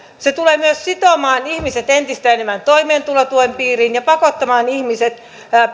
se tulee myös sitomaan ihmiset entistä enemmän toimeentulotuen piiriin ja pakottamaan ihmiset